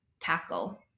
tackle